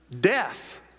death